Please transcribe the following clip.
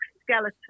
skeleton